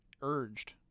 urged